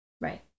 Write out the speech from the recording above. Right